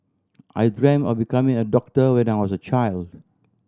I dreamt of becoming a doctor when I was a child